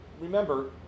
remember